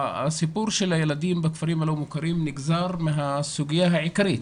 הסיפור של הילדים בכפרים הלא מוכרים נגזר מהסוגיה העיקרית